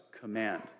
command